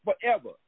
forever